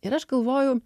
ir aš galvoju